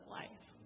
life